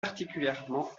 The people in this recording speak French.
particulièrement